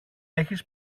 έχεις